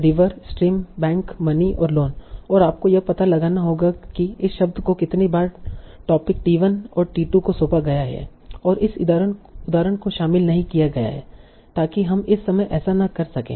river stream bank money और loan और आपको यह पता लगाना होगा कि इस शब्द को कितनी बार टोपिक टी1 और टी2 को सौंपा गया है और इस उदाहरण को शामिल नहीं किया गया है ताकि हम इस समय ऐसा न कर सकें